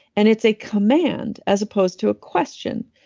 and it's a command, as opposed to a question.